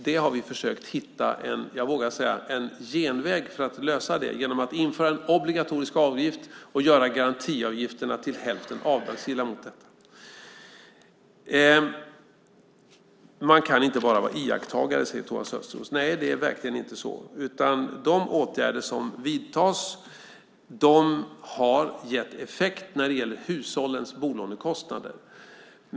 Vi har försökt att hitta en genväg för att lösa det genom att införa en obligatorisk avgift och göra garantiavgifterna till hälften avdragsgilla mot detta. Man kan inte bara vara iakttagare, säger Thomas Östros. Nej, och det har vi verkligen inte varit. De åtgärder som vidtas har gett effekt när det gäller hushållens bolånekostnader.